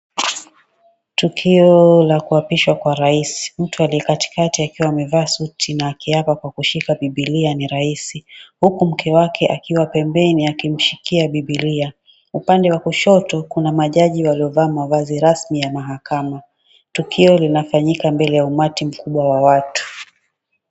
Tukio la kuapishwa kwa Rais. Mtu aliye katikati akiwa amevaa suti na akiapa kwa kushika Biblia ni Rais, huku mke wake akiwa pembeni akimshikia Biblia. Upande wa kushoto, kuna majaji waliovaa mavazi rasmi ya mahakama. Tukio linafanyika mbele ya umati mkubwa wa watu.